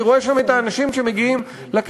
אני רואה שם את האנשים שמגיעים לכנסת,